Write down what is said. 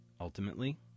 Ultimately